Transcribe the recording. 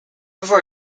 before